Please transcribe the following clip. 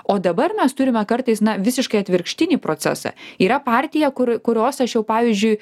o dabar mes turime kartais na visiškai atvirkštinį procesą yra partija kur kurios aš jau pavyzdžiui